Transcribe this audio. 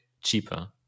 cheaper